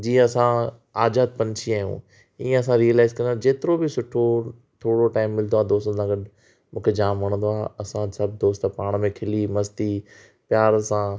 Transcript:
जीअं असां आज़ाद पंछी आहियूं हीअं असां रिअलाइस कंदा आहियूं जेतिरो बि सुठो थोरो टाइम मिलंदो आहे दोस्तनि सां गॾु मूंखे जामु वणंदो आहे असां सभु दोस्त पाण में खिली मस्ती प्यार सां